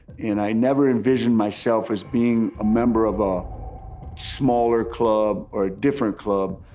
and i never envisioned myself as being a member of a smaller club or a different club.